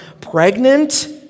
pregnant